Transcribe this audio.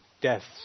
deaths